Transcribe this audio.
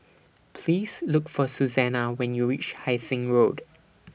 Please Look For Susannah when YOU REACH Hai Sing Road